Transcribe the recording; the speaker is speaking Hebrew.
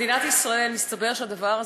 במדינת ישראל מסתבר שהדבר הזה,